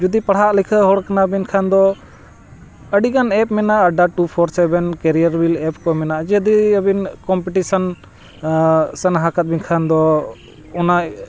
ᱡᱩᱫᱤ ᱯᱟᱲᱦᱟᱜ ᱞᱤᱠᱷᱟᱹ ᱦᱚᱲ ᱠᱟᱱᱟ ᱵᱮᱱ ᱠᱷᱟᱱ ᱫᱚ ᱟᱹᱰᱤ ᱜᱟᱱ ᱮᱯ ᱢᱮᱱᱟᱜᱼᱟ ᱟᱰᱰᱟ two four seven career build app ᱠᱚ ᱢᱮᱱᱟᱜᱼᱟ ᱡᱩᱫᱤ ᱟᱹᱵᱤᱱ ᱠᱚᱢᱯᱤᱴᱤᱥᱮᱱ ᱥᱮ ᱥᱟᱱᱟ ᱠᱟᱫ ᱵᱮᱱ ᱠᱷᱟᱱ ᱫᱚ ᱚᱱᱟ